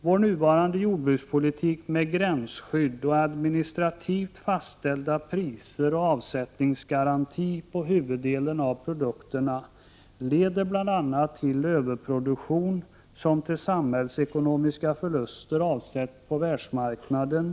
Vår nuvarande jordbrukspolitik med gränsskydd och administrativt fastställda priser och avsättningsgaranti på huvuddelen av produkterna leder bl.a. till överproduktion, som till samhällsekonomiska förluster avsätts på världsmarknaden.